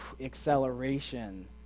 acceleration